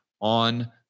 on